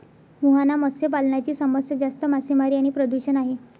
मुहाना मत्स्य पालनाची समस्या जास्त मासेमारी आणि प्रदूषण आहे